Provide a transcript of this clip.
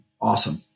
awesome